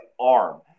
arm